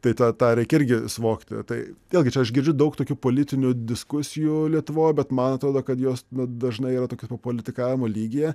tai tą tą reikia irgi suvokti tai vėlgi čia aš girdžiu daug tokių politinių diskusijų lietuvoj bet man atrodo kad jos dažnai yra tokio papolitikavimo lygyje